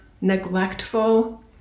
neglectful